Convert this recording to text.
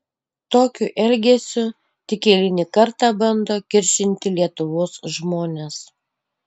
tokiu elgesiu tik eilinį kartą bando kiršinti lietuvos žmones